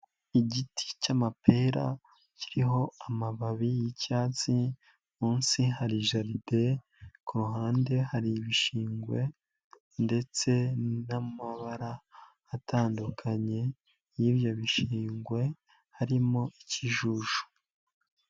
Igiti cy'amapera kiriho amababi y'icyatsi, munsi hari jaride, ku ruhande hari ibishingwe ndetse n'amabara atandukanye y'ibyo bishingwe harimo ikijuju.